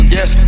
Yes